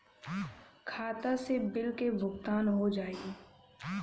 खाता से बिल के भुगतान हो जाई?